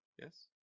Yes